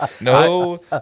no